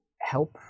help